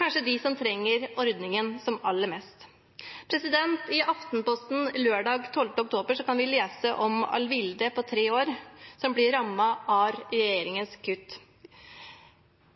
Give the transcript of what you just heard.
kanskje dem som trenger ordningen aller mest. I Aftenposten lørdag 12. oktober kan vi lese om Alvilde på 3 år som blir rammet av regjeringens kutt.